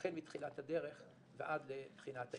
החל מתחילת הדרך ועד לבחינת ההתמחות.